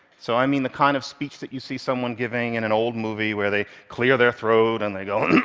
so i mean the kind of speech that you see someone giving in an old movie where they clear their throat, and they go,